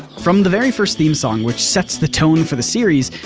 from the very first theme song which sets the tone for the series,